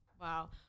Wow